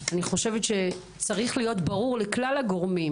אני חושבת שצריך להיות ברור לכלל הגורמים,